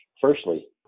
Firstly